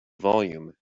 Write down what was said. volume